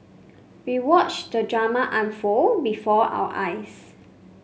we watched the drama unfold before our eyes